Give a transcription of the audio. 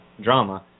drama